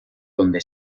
donde